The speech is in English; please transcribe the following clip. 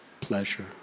pleasure